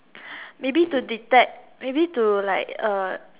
maybe to detect maybe to like uh